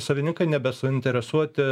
savininkai nebesuinteresuoti